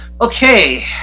Okay